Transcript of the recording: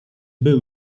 był